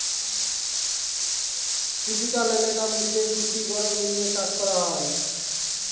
tropical এলাকা গুলাতে বৃষ্টি গরম মিলিয়ে চাষ করা হয়